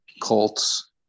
Colts